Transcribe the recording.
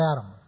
Adam